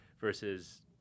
versus